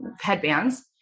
headbands